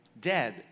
dead